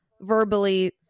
verbally